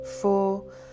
four